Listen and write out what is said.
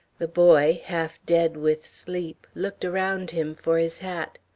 the boy, half dead with sleep, looked around him for his hat.